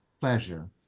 pleasure